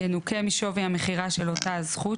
ינוכה משווי המכירה של אותה הזכות,